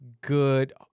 good